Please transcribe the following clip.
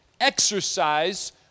exercise